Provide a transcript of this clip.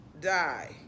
die